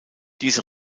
diese